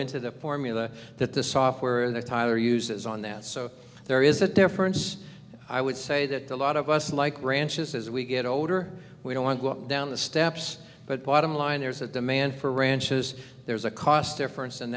into the formula that the software the tire uses on that so there is a difference i would say that a lot of us like ranches as we get older we don't want go down the steps but bottom line there's a demand for ranches there's a cost difference